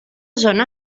zona